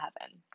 heaven